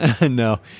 No